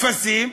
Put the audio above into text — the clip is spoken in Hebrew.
הנוגעות לשקיפות,